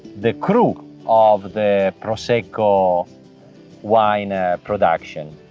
the cru of the prosecco wine production.